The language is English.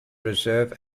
reserve